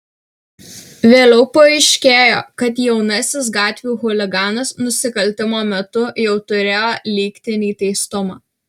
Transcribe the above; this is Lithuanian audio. vėliau paaiškėjo kad jaunasis gatvių chuliganas nusikaltimo metu jau turėjo lygtinį teistumą